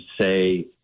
say